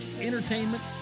entertainment